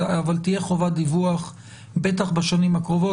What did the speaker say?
אבל תהיה חובת דיווח בטח בשנים הקרובות.